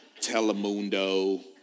Telemundo